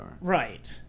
Right